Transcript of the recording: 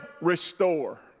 restore